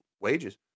wages